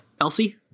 Elsie